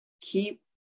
keep